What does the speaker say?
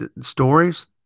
stories